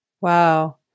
Wow